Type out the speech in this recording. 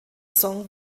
song